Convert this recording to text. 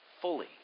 fully